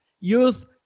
youth